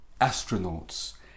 astronauts